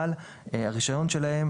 אבל הרישיון שלהם,